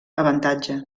avantatge